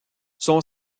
son